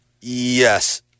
Yes